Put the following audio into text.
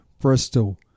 Bristol